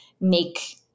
make